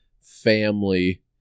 family